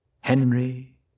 Henry